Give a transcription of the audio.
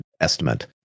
estimate